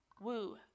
woo